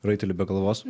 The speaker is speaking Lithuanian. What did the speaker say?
raitelį be galvos